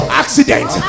accident